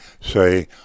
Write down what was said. say